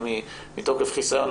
מתוקף חיסיון,